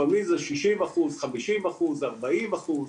לפעמים זה שישים אחוז, חמישים אחוז, ארבעים אחוז.